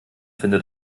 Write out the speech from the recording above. findet